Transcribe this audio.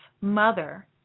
mother